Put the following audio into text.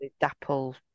dapple